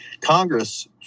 Congress